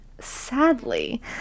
sadly